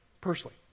personally